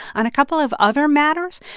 on a couple of other matters,